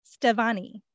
Stevani